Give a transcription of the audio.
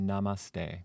Namaste